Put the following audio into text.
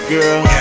Girl